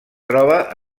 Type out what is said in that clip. troba